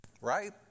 right